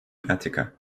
attica